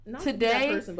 today